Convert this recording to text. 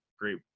great